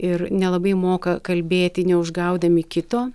ir nelabai moka kalbėti neužgaudami kito